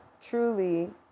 truly